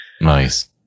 nice